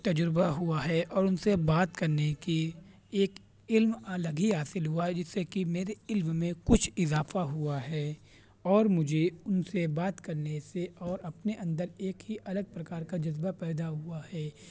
تجربہ ہوا ہے اور ان سے بات کرنے کی ایک علم الگ ہی حاصل ہوا ہے جس سے کہ میرے علم میں کچھ اضافہ ہوا ہے اور مجھے ان سے بات کرنے سے اور اپنے اندر ایک ہی الگ پرکار کا جذبہ پیدا ہوا ہے